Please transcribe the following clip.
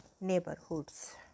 neighborhoods